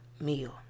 meal